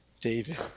David